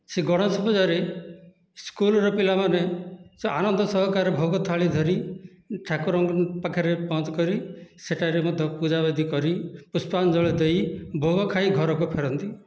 ସେହି ଗଣେଶ ପୂଜାରେ ସ୍କୁଲର ପିଲାମାନେ ସେ ଆନନ୍ଦ ସହକାରେ ଭୋଗ ଥାଳି ଧରି ଠାକୁରଙ୍କ ପାଖରେ ପହଞ୍ଚି କରି ସେଠାରେ ମଧ୍ୟ ପୂଜା ପୂଜି କରି ପୁଷ୍ପାଞ୍ଜଳି ଦେଇ ଭୋଗ ଖାଇ ଘରକୁ ଫେରନ୍ତି